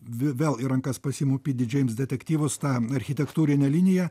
vėl į rankas pasiimu pidi džeims detektyvus tą architektūrinę liniją